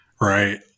Right